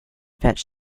fetch